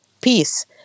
Peace